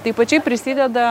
tai pačiai prisideda